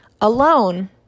alone